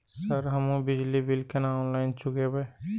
Sir हमू बिजली bill केना ऑनलाईन चुकेबे?